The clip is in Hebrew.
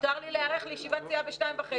מותר לי להיערך לישיבת סיעה ב-14:30.